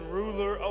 ruler